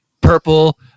Purple